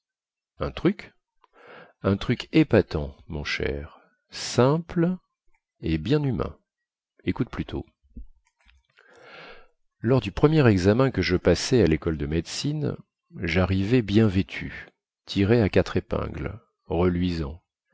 un truc un truc épatant mon cher simple et bien humain écoute plutôt lors du premier examen que je passai à lécole de médecine jarrivai bien vêtu tiré à quatre épingles reluisant